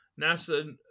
NASA